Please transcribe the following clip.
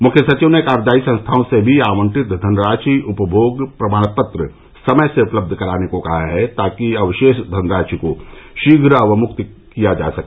मुख्य सचिव ने कार्यदायी संस्थाओं से भी आवंटित धनराशि उपभोग प्रमाण पत्र समय से उपलब्ध कराने को कहा है ताकि अवशेष धनराशि को शीघ्र अवमुक्त करा जा सके